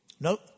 nope